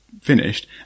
finished